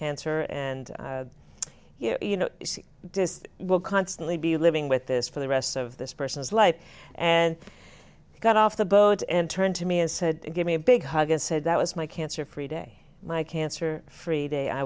cancer and you know she will constantly be living with this for the rest of this person's life and he got off the boat and turned to me and said give me a big hug and said that was my cancer free day my cancer free day i